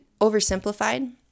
oversimplified